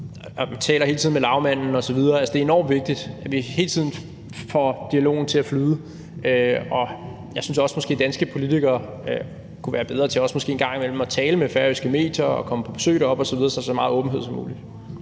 vi hele tiden taler med lagmanden, osv. Det er enormt vigtigt, at vi hele tiden får dialogen til at flyde. Jeg synes måske også, at danske politikere kunne være bedre til måske en gang imellem at tale med færøske medier og komme på besøg deroppe osv. Så der skal være så meget åbenhed som muligt.